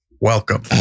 Welcome